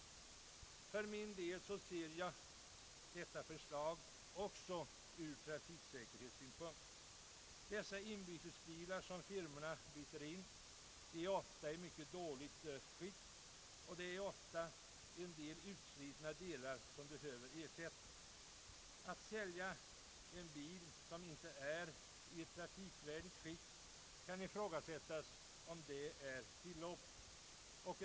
För min del ser jag detta förslag också ur trafiksäkerhetssynpunkt. De bilar som firmorna byter in är ofta i mycket dåligt skick, och många utslitna delar behöver ersättas. Det kan ifrågasättas om det är tillåtet att sälja en bil som inte är i trafikdugligt skick.